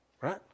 right